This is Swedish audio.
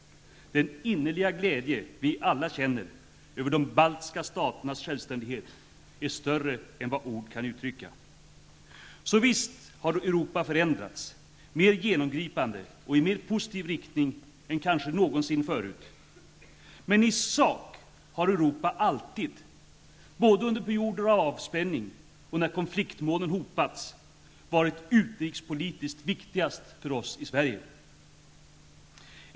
Den innerliga glädje vi alla känner över de baltiska staternas självständighet är större än vad ord kan uttrycka. Så visst har Europa förändrats, mer genomgripande och i mer positiv riktning än kanske någonsin förut. Men i sak har Europa alltid -- både under perioder av avspänning och när konfliktmolnen hopats -- varit utrikespolitiskt viktigast för oss i Sverige.